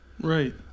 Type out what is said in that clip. Right